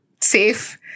safe